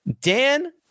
Dan